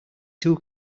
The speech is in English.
too